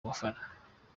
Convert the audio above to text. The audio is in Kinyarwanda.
bafana